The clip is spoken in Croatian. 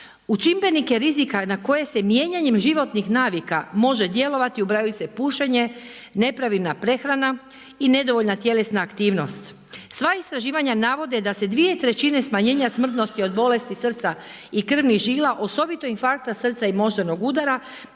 U čimbenike rizika na koje se mijenjanjem životnih navika može djelovati ubrajaju se pušenje, nepravilna prehrana i nedovoljna tjelesna aktivnost. Sva istraživanja navode da se dvije trećine smanjenja smrtnosti od bolesti srca i krvnih žila osobito infarkta srca i moždanog udara